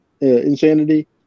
Insanity